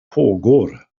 pågår